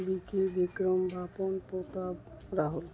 ବିକି ବିକ୍ରମ ରାପନ ପ୍ରୋତାପ ରାହୁଲ